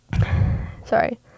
sorry